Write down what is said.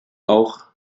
auch